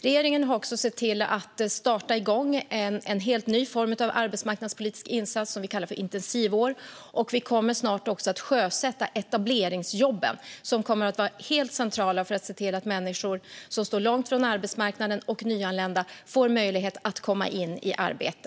Regeringen har även sett till att starta igång en helt ny form av arbetsmarknadspolitisk insats som vi kallar för intensivår. Vi kommer snart också att sjösätta etableringsjobben, som kommer att vara helt centrala för att se till att människor som står långt från arbetsmarknaden samt nyanlända får möjlighet att komma i arbete.